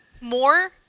more